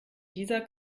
dieser